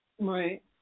right